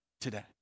today